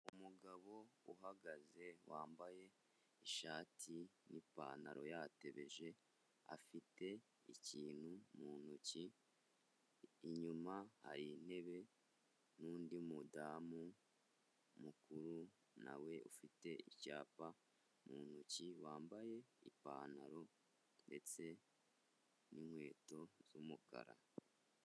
Umugabo uhagaze wambaye ishati n'ipantaro yatebeje afite ikintu mu ntoki, inyuma hari intebe n'undi mudamu mukuru na we ufite icyapa mu ntoki wambaye ipantaro ndetse n'inkweto z'umukara.